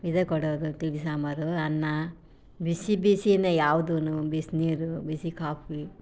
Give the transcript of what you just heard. ಇದೇ ಕೊಡೋದು ತಿಳಿ ಸಾಂಬಾರು ಅನ್ನ ಬಿಸಿ ಬಿಸಿಯೇ ಯಾವ್ದೂನು ಬಿಸಿನೀರು ಬಿಸಿ ಕಾಫಿ